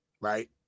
Right